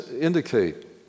indicate